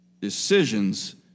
Decisions